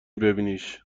ببینیش